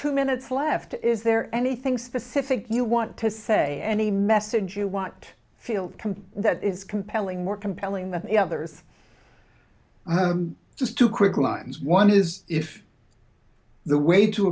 two minutes left is there anything specific you want to say any message you want feel complete that is compelling more compelling than the others just two quick lines one is if the way to